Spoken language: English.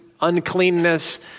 uncleanness